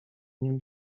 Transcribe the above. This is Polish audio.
nim